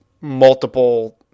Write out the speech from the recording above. multiple